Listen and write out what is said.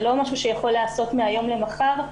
זה לא משהו שיכול להיעשות מהיום למחר.